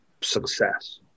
success